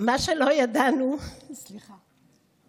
מה שלא ידענו, סליחה.